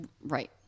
Right